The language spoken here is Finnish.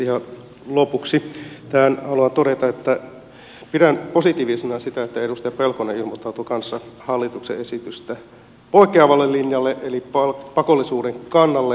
ihan lopuksi tähän haluan todeta että pidän positiivisena sitä että edustaja pelkonen ilmoittautui kanssa hallituksen esityksestä poikkeavalle linjalle eli pakollisuuden kannalle